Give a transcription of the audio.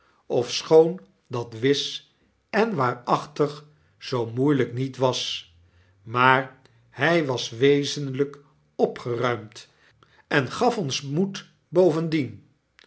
ofschoon dat wis en waarachtig zoo moeielyk niet was maar hy was wezenlyk opgeruimd en gaf ons moed bovendien